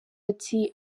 ati